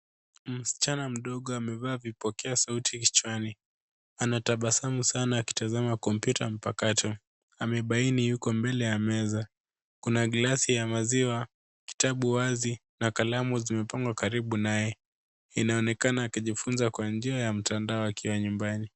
Msichana mdogo amevaa vipokea sauti kichwani. Anatabasamu sana akitazama kompyuta mpakato, amebaini yuko mbele ya meza. Kuna glasi ya maziwa, kitabu wazi na kalamu zimepangwa karibu naye. Inaonekana akijifunza kwa njia ya mtandao akiwa nyumbani.